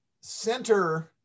center